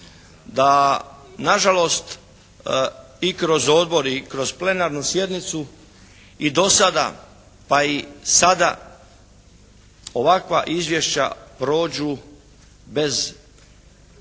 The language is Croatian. da nažalost i kroz odbor i kroz plenarnu sjednicu i do sada pa i sada ovakva izvješća prođu bez prevelikog